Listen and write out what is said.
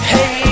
Hey